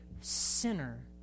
sinner